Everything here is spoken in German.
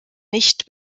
nicht